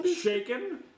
Shaken